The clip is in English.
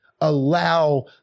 allow